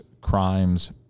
crimes